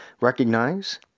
recognize